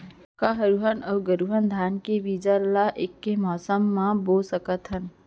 का हरहुना अऊ गरहुना धान के बीज ला ऐके मौसम मा बोए सकथन?